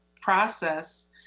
process